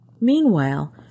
Meanwhile